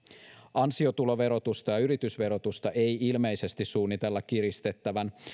ansiotuloverotusta ja yritysverotusta ei ilmeisesti suunnitella kiristettävän